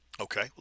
Okay